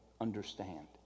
understand